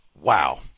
wow